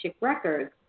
records